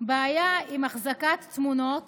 בעיה עם החזקת תמונות